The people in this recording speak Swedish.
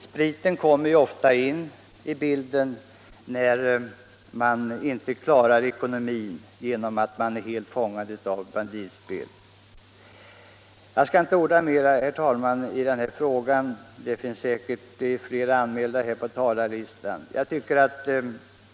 Spriten kommer ofta in i bilden när vederbörande inte klarar ekonomin genom att han är helt fångad av banditspel. Jag skall inte orda mera, herr talman, i den här frågan; det är fler anmälda på talarlistan.